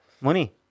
Money